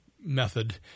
method